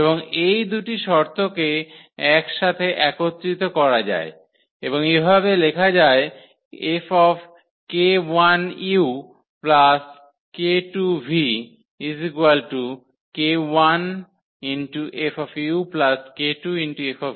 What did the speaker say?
এবং এই দুটি শর্তটিকে এক সাথে একত্রিত করা যায় এবং এভাবে লেখা যায় 𝐹 𝑘1u 𝑘2v 𝑘1 𝐹 𝑘2 𝐹